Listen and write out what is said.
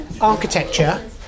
architecture